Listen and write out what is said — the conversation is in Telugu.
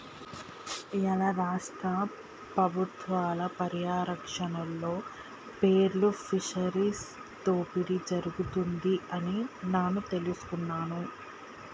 ఇయ్యాల రాష్ట్ర పబుత్వాల పర్యారక్షణలో పేర్ల్ ఫిషరీస్ దోపిడి జరుగుతుంది అని నాను తెలుసుకున్నాను